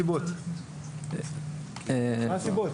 שבסוף כשרן יוחאי זכתה במדליית כסף באליפות אירופה,